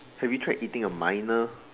have you tried eating a minor